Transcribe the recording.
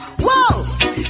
whoa